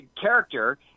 character